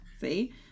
See